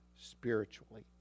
spiritually